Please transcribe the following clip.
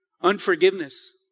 Unforgiveness